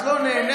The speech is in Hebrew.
את לא נהנית,